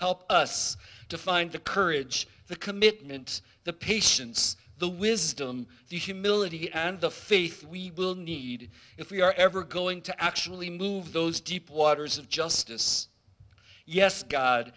help us to find the courage the commitment the patience the wisdom the humility and the faith we will need if we are ever going to actually move those deep waters of justice yes god